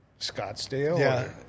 Scottsdale